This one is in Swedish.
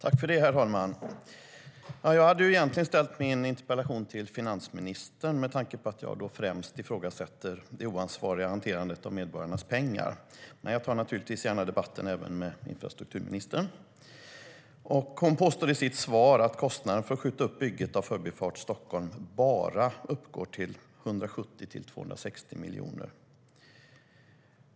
Herr talman! Jag hade egentligen ställt min interpellation till finansministern, med tanke på att jag främst ifrågasätter det oansvariga hanterandet av medborgarnas pengar. Jag tar dock naturligtvis gärna debatten även med infrastrukturministern. uppgår till 170-260 miljoner.